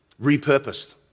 repurposed